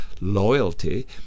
loyalty